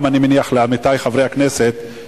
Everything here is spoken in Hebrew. אני מניח שגם לעמיתי חברי הכנסת,